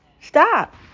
Stop